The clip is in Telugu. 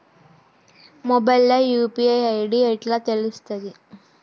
మొబైల్ లో యూ.పీ.ఐ ఐ.డి ఎట్లా తెలుస్తది?